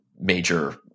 major